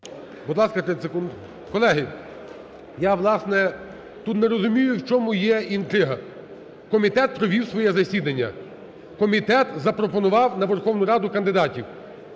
Будь ласка, 30 секунд. Колеги, я, власне, тут не розумію, в чому є інтрига. Комітет провів своє засідання, комітет запропонував на Верховну Раду кандидатів.